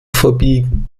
verbiegen